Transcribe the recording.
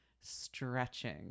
Stretching